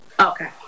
Okay